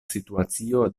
situacio